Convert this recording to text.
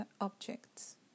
objects